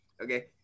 okay